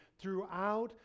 throughout